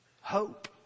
Hope